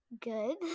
Good